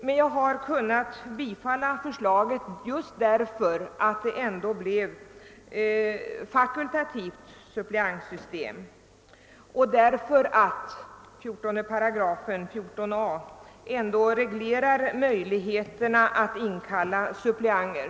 Jag har emellertid kunnat biträda förslaget just därför att det blir ett fakultativt suppleantsystem och därför att 14 a 8 reglerar möjligheten att inkalla suppleanter.